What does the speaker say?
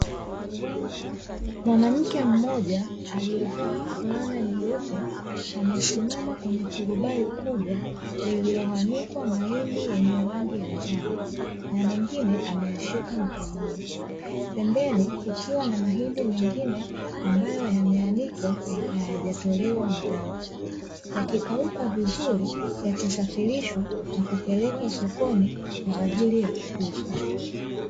Mwanamke mmoja aliyevaa fulana nyeupe amesimama kwenye turubai kubwa lililoanikwa mahindi yenye rangi ya njano na mengine ameyashika mkononi, pembeni kukiwa na mahindi mengine ambayo yameanikwa na hayajatolewa maganda, yakikauka vizuri yatasafirishwa na kupelekwa sokoni kwa ajili ya kuuzwa.